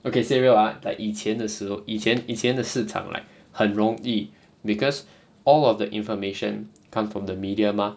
okay say real ah like 以前的时候以前以前的市场 like 很容易 because all of the information come from the media mah